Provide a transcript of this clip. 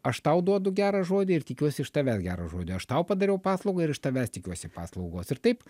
aš tau duodu gerą žodį ir tikiuosi iš tavęs gerą žodį aš tau padariau paslaugą ir iš tavęs tikiuosi paslaugos ir taip